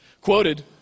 quoted